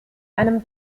einem